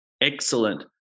Excellent